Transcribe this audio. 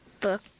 book